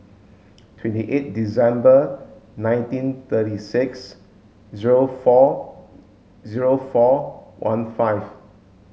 twenty eight December nineteen thirty six zero four zero four one five